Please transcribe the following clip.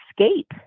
escape